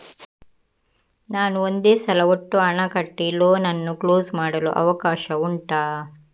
ನಾನು ಒಂದೇ ಸಲ ಒಟ್ಟು ಹಣ ಕಟ್ಟಿ ಲೋನ್ ಅನ್ನು ಕ್ಲೋಸ್ ಮಾಡಲು ಅವಕಾಶ ಉಂಟಾ